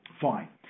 Fine